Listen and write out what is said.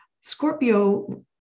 Scorpio